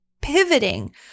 pivoting